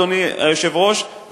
אדוני היושב-ראש,